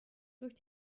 durch